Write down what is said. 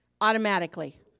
automatically